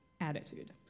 attitude